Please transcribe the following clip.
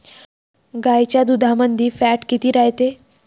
गाईच्या दुधामंदी फॅट किती रायते?